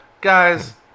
Guys